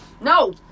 No